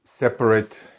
separate